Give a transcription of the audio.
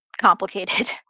complicated